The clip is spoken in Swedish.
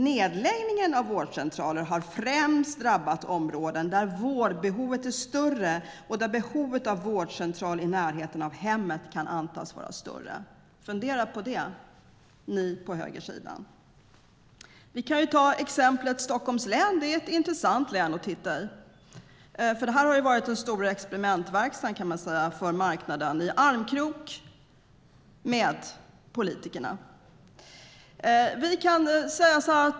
Nedläggning av vårdcentraler har främst drabbat områden där vårdbehovet är större och där behovet av vårdcentral i närheten av hemmet kan antas vara större. Fundera på det, ni på högersidan. Vi kan ta exemplet Stockholms län. Det är ett intressant län att titta på. Det har varit den stora experimentverkstaden för marknaden i armkrok med politikerna.